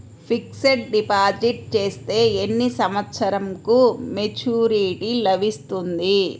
Fixed deposit చేస్తే ఎన్ని సంవత్సరంకు మెచూరిటీ లభిస్తుంది?